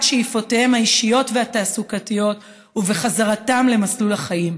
שאיפותיהם האישיות והתעסוקתיות ובחזרתם למסלול החיים.